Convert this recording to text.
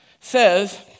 says